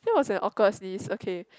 that was an awkward sneeze okay